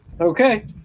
okay